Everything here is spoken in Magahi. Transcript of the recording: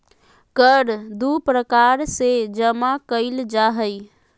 कर दू प्रकार से जमा कइल जा हइ